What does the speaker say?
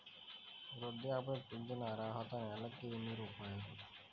వృద్ధాప్య ఫింఛను అర్హత నెలకి ఎన్ని రూపాయలు?